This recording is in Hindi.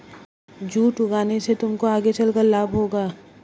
जूट उगाने से तुमको आगे चलकर लाभ होगा